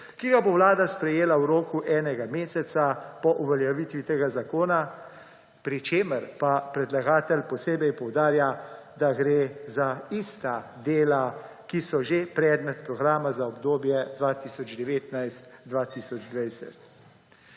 ki ga bo Vlada sprejela v roku enega meseca po uveljavitvi tega zakona, pri čemer pa predlagatelj posebej poudarja, da gre za ista dela, kot so že predmet programa za obdobje 2019–2020.